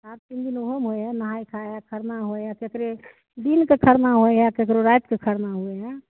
हँ तीन दिन ओहोमे होइ हइ नहाए खाए खरना होइ हइ केकरो दिनके खरना होइ हइ केकरो रातिके खरना होइ हइ